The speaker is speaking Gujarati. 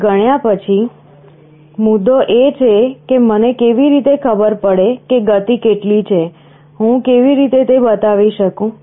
હવે ગણ્યા પછીમુદ્દો એ છે કે મને કેવી રીતે ખબર પડે કે ગતિ કેટલી છે હું કેવી રીતે તે બતાવી શકું